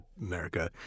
America